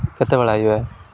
କେତେବେଳେ ଆଇବେ